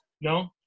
No